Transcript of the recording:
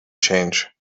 change